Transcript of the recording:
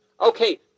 okay